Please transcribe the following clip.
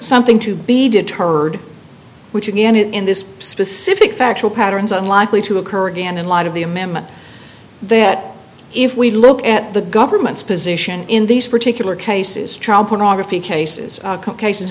something to be deterred which again in this specific factual patterns on likely to occur again in light of the amendment that if we look at the government's position in these particular cases child pornography cases